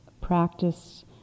practice